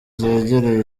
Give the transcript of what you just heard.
zegereye